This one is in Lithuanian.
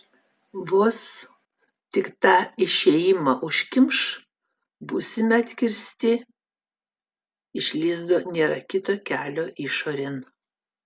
vos tik tą išėjimą užkimš būsime atkirsti iš lizdo nėra kito kelio išorėn